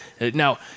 now